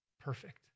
perfect